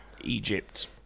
Egypt